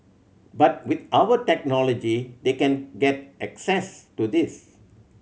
but with our technology they can get access to this